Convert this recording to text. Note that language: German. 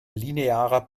linearer